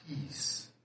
peace